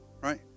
right